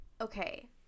okay